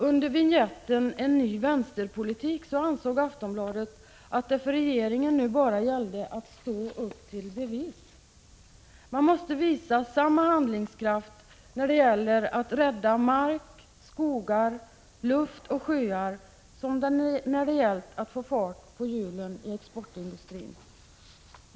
Under vinjetten ”en ny vänsterpolitik” ansåg Aftonbladet att det för regeringen nu bara gällde att stå upp till bevis: - Man måste visa samma handlingskraft när det gäller att rädda mark, skogar, luft och sjöar som när det gällt att få fart på hjulen i exportindustrin.